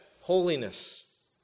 holiness